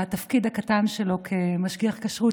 בתפקיד הקטן שלו כמשגיח כשרות,